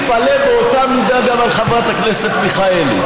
אני מתפלא באותה מידה גם על חברת הכנסת מיכאלי.